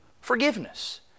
forgiveness